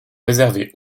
réservé